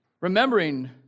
remembering